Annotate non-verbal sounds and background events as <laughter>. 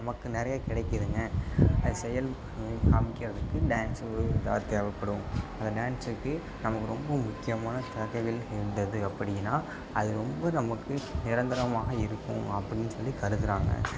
நமக்கு நிறைய கிடைக்குதுங்க அது செயல் பண்ணி காம்மிக்கிறதுக்கு டான்ஸ் ஒரு இதாக தேவைப்படும் அந்த டான்ஸுக்கு நமக்கு ரொம்ப முக்கியமான <unintelligible> இருந்தது அப்பபுடின்னா அது ரொம்ப நமக்கு நிராந்தரமாக இருக்கும் அப்படின்னு சொல்லி கருதுகிறாங்க